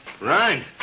Ryan